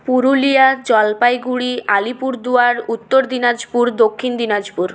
Purulia Jalpaiguri Alipurduar Uttar Dinajpur Dakshin Dinajpur